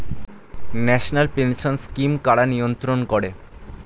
National pension scheme কারা নিয়ন্ত্রণ করে?